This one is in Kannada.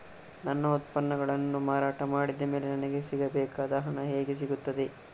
ನನ್ನ ಉತ್ಪನ್ನಗಳನ್ನು ಮಾರಾಟ ಮಾಡಿದ ಮೇಲೆ ನನಗೆ ಸಿಗಬೇಕಾದ ಹಣ ಹೇಗೆ ಸಿಗುತ್ತದೆ?